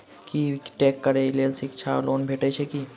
B tech करै लेल शिक्षा लोन भेटय छै की?